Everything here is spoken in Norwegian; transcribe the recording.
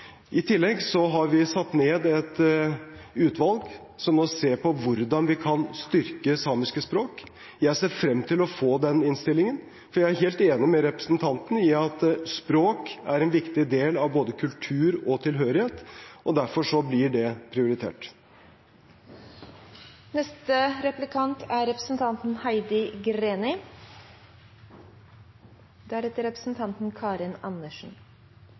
I tillegg har vi satt ned et utvalg som nå ser på hvordan vi kan styrke samiske språk. Jeg ser frem til å få den innstillingen, for jeg er helt enig med representanten i at språk er en viktig del av både kultur og tilhørighet, og derfor blir det prioritert. Sameskolen i Midt-Norge har tilpasset seg den moderne verden. Samiske unger slipper å flytte hjemmefra og bo på internat fra de er